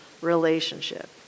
relationship